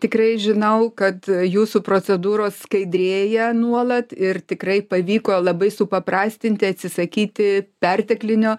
tikrai žinau kad a jūsų procedūros skaidrėja nuolat ir tikrai pavyko labai supaprastinti atsisakyti perteklinio